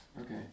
Okay